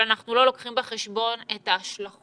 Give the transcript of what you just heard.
אבל אנחנו לא לוקחים בחשבון את ההשלכות